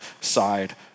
side